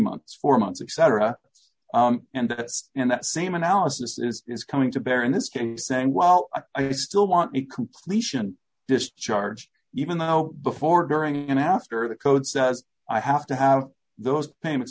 months four months etc that's and in that same analysis this is coming to bear in this case saying well i still want me completion discharged even though before during and after the code says i have to have those payments